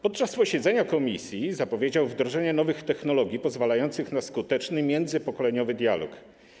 Podczas posiedzenia komisji kandydat zapowiedział wdrożenie nowych technologii pozwalających na skuteczny międzypokoleniowy dialog.